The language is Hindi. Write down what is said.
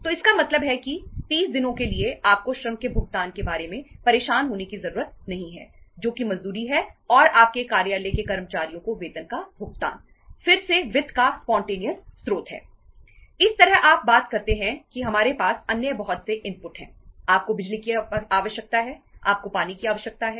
तो इसका मतलब है कि 30 दिनों के लिए आपको श्रम के भुगतान के बारे में परेशान होने की जरूरत नहीं है जो कि मजदूरी है और आपके कार्यालय के कर्मचारियों को वेतन का भुगतान फिर से वित्त का स्पॉन्टेनियस की आवश्यकता है